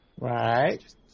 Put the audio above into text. Right